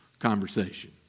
conversation